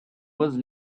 was